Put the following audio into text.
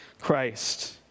Christ